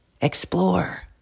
Explore